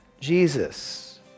Jesus